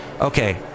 Okay